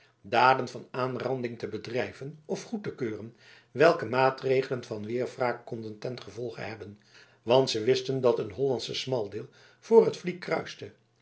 daden van aanranding te bedrijven of goed te keuren welke maatregelen van weerwraak konden tengevolge hebben want zij wisten dat een hollandsen smaldeel voor het vlie kruiste